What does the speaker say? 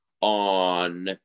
on